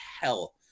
hell